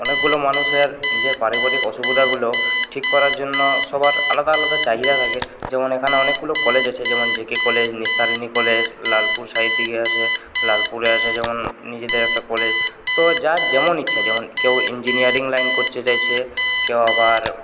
অনেকগুলো মানুষের নিজের পারিবারিক অসুবিধাগুলো ঠিক করার জন্য সবার আলাদা আলাদা চাহিদা থাকে যেমন এখানে অনেকগুলো কলেজ আছে যেমন JK college Nistarini college Lalpur side দিকে আছে লালপুরে আছে যেমন নিজেদের একটা কলেজ তো যার যেমন ইচ্ছা যেমন কেউ ইঞ্জিনিয়ারিং লাইন করতে চাইছে কেউ আবার